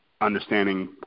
understanding